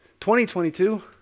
2022